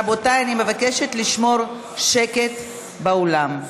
רבותיי, אני מבקשת לשמור שקט באולם.